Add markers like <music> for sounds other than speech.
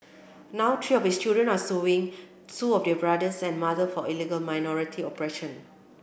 now three of his children are suing sue of their brothers and mother for <unintelligible> minority oppression